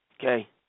Okay